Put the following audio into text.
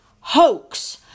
hoax